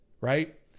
Right